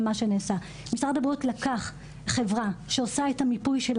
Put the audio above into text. משרד הבריאות לקח חברה שעושה את המיפוי של